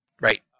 Right